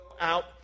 out